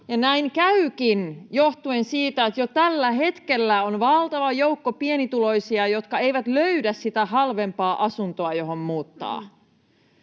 näin käykin johtuen siitä, että jo tällä hetkellä on valtava joukko pienituloisia, jotka eivät löydä sitä halvempaa asuntoa, johon muuttaa.